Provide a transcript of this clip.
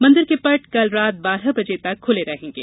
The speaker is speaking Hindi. मंदिर के पट कल रात बारह बजे तक खुले रहेंगे